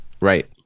Right